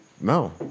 no